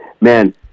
man